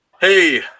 Hey